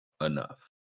enough